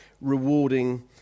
rewarding